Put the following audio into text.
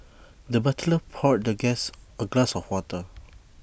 the butler poured the guest A glass of water